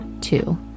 two